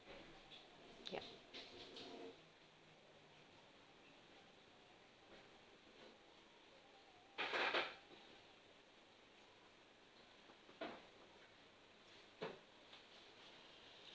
ya